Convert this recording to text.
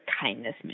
kindness